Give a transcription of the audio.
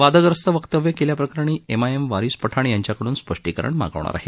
वादग्रस्त वक्तव्य केल्याप्रकरणी एमआयएम वारिस पठाण यांच्याकडून स्पष्टीकरण मागवणार आहे